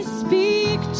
speak